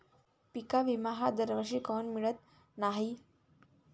पिका विमा हा दरवर्षी काऊन मिळत न्हाई?